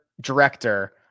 director